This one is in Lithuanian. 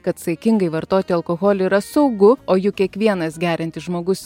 kad saikingai vartoti alkoholį yra saugu o juk kiekvienas geriantis žmogus